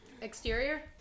Exterior